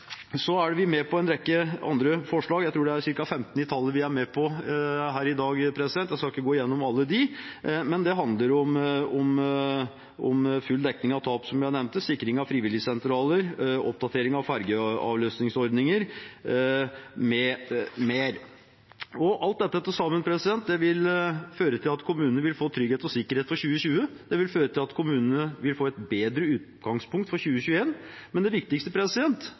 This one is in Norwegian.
Så er vi med på en rekke andre forslag – jeg tror det er ca. 15 i tallet vi er med på her i dag. Jeg skal ikke gå gjennom alle dem, men det handler om full dekning av tap, som jeg nevnte, sikring av frivilligsentraler, oppdatering av fergeavløsningsordninger m.m. Alt dette til sammen vil føre til at kommunene vil få trygghet og sikkerhet for 2020, og det vil føre til at kommunene vil få et bedre utgangspunkt for 2021. Men det viktigste